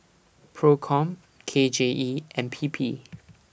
PROCOM K J E and P P